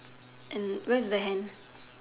and where is the hand